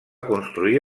construir